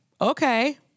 okay